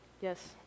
yes